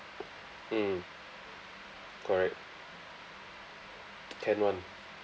mm correct can [one]